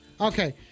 Okay